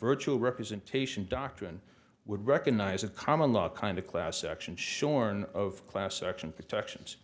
virtual representation doctrine would recognize a common law kind of class action shorn of class action protections